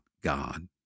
God